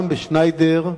גם ב"שניידר",